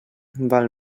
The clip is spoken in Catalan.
val